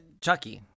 Chucky